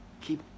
Keep